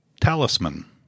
talisman